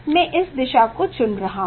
मैं इस दिशा को चुन रहा हूं